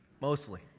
Mostly